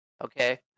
okay